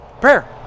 Prayer